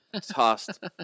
tossed